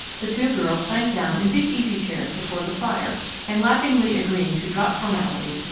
the two girls sank down in big easy chairs before the fire and laughingly agreeing to drop formality,